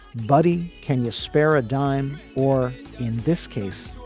buddy, can you spare a dime? or in this case,